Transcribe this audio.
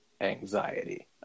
anxiety